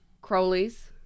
Crowley's